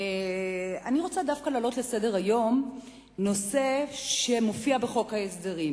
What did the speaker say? אני רוצה דווקא להעלות לסדר-היום נושא שמופיע בחוק ההסדרים,